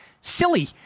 silly